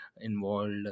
involved